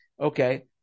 okay